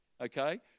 Okay